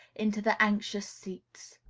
into the anxious seats.